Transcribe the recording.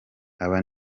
aba